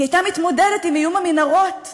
היא הייתה מתמודדת עם איום המנהרות שה"חמאס"